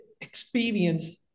experience